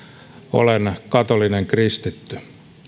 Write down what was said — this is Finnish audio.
olen katolinen kristitty